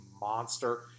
monster